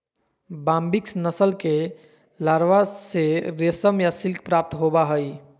Bombyx नस्ल के larva से रेशम या सिल्क प्राप्त होबा हइ